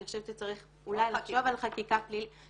אני חושבת שצריך אולי לחשוב על חקיקה פלילית --- עוד חקיקה.